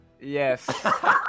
Yes